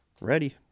ready